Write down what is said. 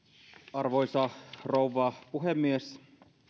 arvoisa rouva puhemies